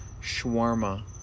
shawarma